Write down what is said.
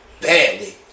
Badly